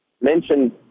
mentioned